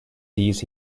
these